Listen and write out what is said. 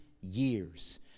years